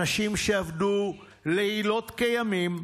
אנשים שעבדו לילות כימים,